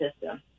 system